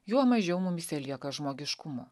juo mažiau mumyse lieka žmogiškumo